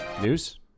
News